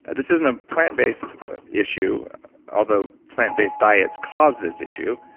and this isn't a plant-based issue although plant-based diets cause this issue.